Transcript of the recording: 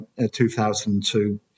2002